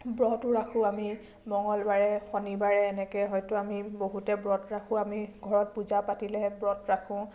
ব্ৰতো ৰাখো আমি মংগলবাৰে শনিবাৰে এনেকে হয়তো আমি বহুতে ব্ৰত ৰাখো আমি ঘৰত পূজা পাতিলে আমি ব্ৰত ৰাখো